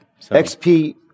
XP